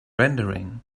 rendering